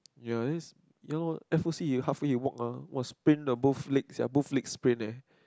ya is ya lor F_O_C he halfway he walk ah sprain the both leg sia both leg sprain eh